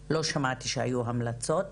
שלא שמעתי שהיו המלצות.